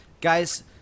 Guys